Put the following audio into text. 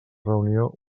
reunió